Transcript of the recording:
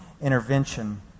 intervention